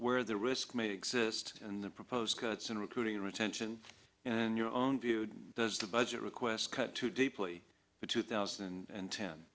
where the risk may exist and the proposed cuts in recruiting and retention and your own do does the budget request cut too deeply the two thousand and ten